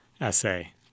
essay